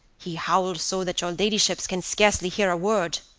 he howls so that your ladyships can scarcely hear a word.